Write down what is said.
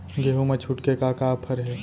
गेहूँ मा छूट के का का ऑफ़र हे?